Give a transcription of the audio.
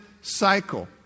cycle